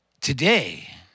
Today